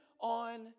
on